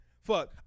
Fuck